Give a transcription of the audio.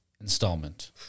installment